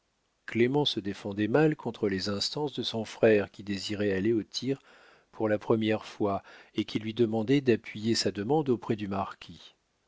clément se défendait mal contre les instances de son frère qui désirait aller au tir pour la première fois et qui lui demandait d'appuyer sa demande auprès du marquis